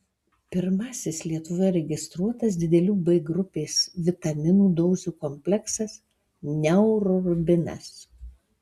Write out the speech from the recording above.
pirmasis lietuvoje registruotas didelių b grupės vitaminų dozių kompleksas neurorubinas